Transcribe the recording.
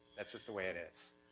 that's just the way it is.